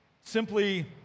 simply